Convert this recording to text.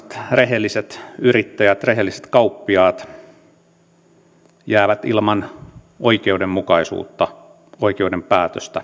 rehelliset yrittäjät rehelliset kauppiaat jäävät ilman oikeudenmukaisuutta oikeuden päätöstä